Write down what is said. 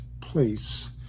place